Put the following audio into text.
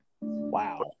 Wow